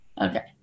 Okay